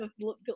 look